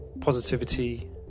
positivity